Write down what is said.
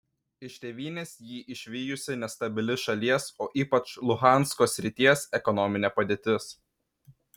iš tėvynės jį išvijusi nestabili šalies o ypač luhansko srities ekonominė padėtis